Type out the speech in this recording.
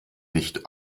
nicht